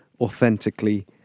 authentically